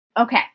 Okay